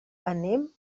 anem